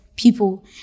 People